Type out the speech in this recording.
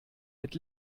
mit